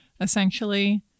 essentially